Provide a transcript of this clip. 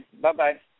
Bye-bye